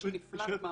חומר שנפלט מהמוצר.